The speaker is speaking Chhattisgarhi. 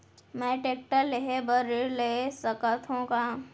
मैं टेकटर लेहे बर ऋण ले सकत हो का?